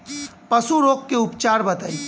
पशु रोग के उपचार बताई?